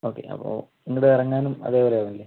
okay അപ്പോൾ ഇങ്ങോട്ട് ഇറങ്ങാനും അതേപോലെ ആവുന്നില്ലേ